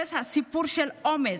זהו סיפור של אומץ.